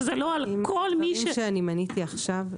שזה לא על כל מי --- הדברים שמניתי עכשיו,